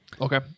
Okay